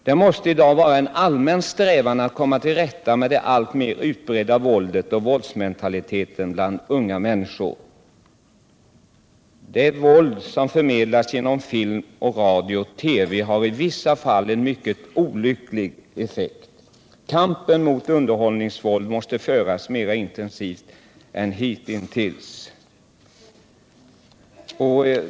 Det måste i dag vara en allmän strävan att komma till rätta med det alltmer utbredda våldet och våldsmentaliteten bland unga människor. Det våld som förmedlas genom film, radio och TV har i vissa fall en mycket olycklig effekt. Kampen mot underhållningsvåldet måste föras mera intensivt än hitintills.